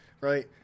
right